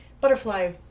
butterfly